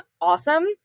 awesome